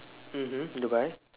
mmhmm Dubai